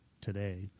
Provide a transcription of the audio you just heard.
today